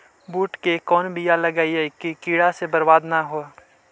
बुंट के कौन बियाह लगइयै कि कीड़ा से बरबाद न हो?